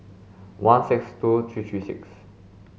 one six two three three six